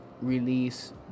release